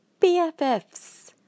BFFs